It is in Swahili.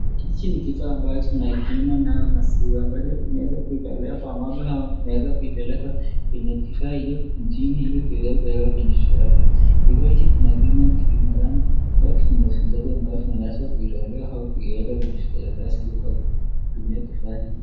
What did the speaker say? Hiki ni kifaa ambacho kinaipima nayo maziwa ambavyo kimeweza kuimetolewa kwa ng'ombe hao kinaweza kupelekewa kwenye kifaa hiyo mjini ili iweze kuwekwa kwenye vikaratasi, kifaa hichi kinapima ni kipimo gani au vipimo ngapi vinaweza kutolewa au kuiweka kwenye vikaratasi kwa kutumia kifaa hiki.